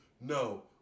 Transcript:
No